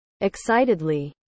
Excitedly